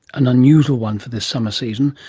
an unusual one for this summer season.